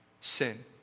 sin